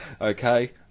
okay